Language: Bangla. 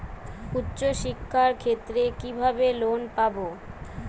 উচ্চশিক্ষার ক্ষেত্রে কিভাবে লোন পাব?